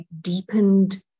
deepened